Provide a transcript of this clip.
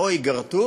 ייגרטו